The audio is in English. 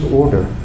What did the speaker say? order